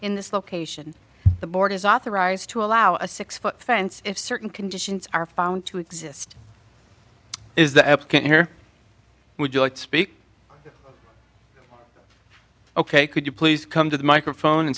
in this location the board is authorized to allow a six foot fence if certain conditions are found to exist is that here would you like to speak ok could you please come to the microphone